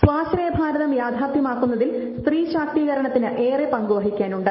സ്വാശയ ഭാരതം യാഥാർഥ്യമാക്കുന്നതിൽ സ്ത്രീ ശാക്തീകരണത്തിന് ഏറെ പങ്കു വഹിക്കാനുണ്ട്